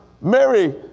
Mary